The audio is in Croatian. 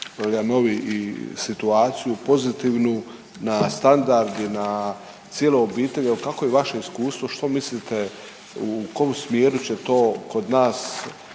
novi i situaciju pozitivnu na standard, na cijelu obitelj i kakvo je vaše iskustvo, što mislite u kom smjeru će to kod nas